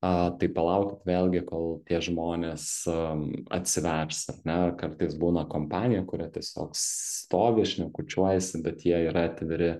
a tai palaukit vėlgi kol tie žmonės atsivers ar ne kartais būna kompanija kuri tiesiog stovi šnekučiuojasi bet jie yra atviri